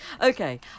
okay